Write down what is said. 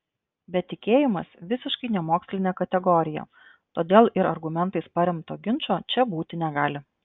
bet tikėjimas visiškai nemokslinė kategorija todėl ir argumentais paremto ginčo čia būti negali